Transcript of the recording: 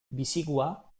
bisigua